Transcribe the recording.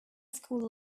school